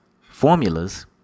formulas